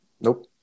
Nope